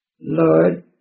Lord